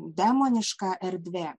demoniška erdvė